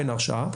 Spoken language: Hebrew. אין הרשעה,